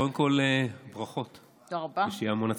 קודם כול ברכות ושיהיה המון הצלחה.